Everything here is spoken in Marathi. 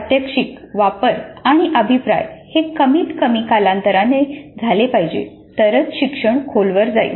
प्रात्यक्षिक वापर आणि अभिप्राय हे कमीत कमी कालांतराने झाले पाहिजेत तरच शिक्षण खोलवर जाईल